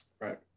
Right